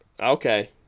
Okay